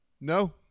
No